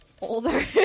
older